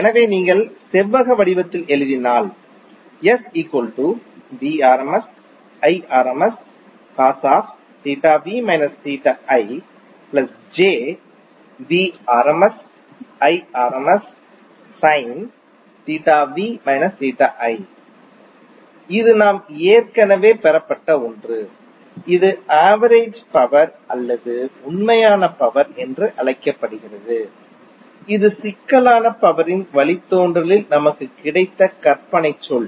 எனவே நீங்கள் செவ்வக வடிவத்தில் எழுதினால் இது நாம் ஏற்கனவே பெறப்பட்ட ஒன்று இது ஆவரேஜ் பவர் அல்லது உண்மையான பவர் என்று அழைக்கப்படுகிறது இது சிக்கலான பவரின் வழித்தோன்றலில் நமக்குக் கிடைத்த கற்பனைச் சொல்